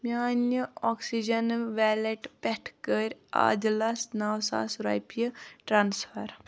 میانہِ آکسِجَنہٕ وٮ۪لٹ پٮ۪ٹھٕ کٔرۍ عادِلس نَو ساس رۄپیہِ ٹرانسفر